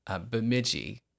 Bemidji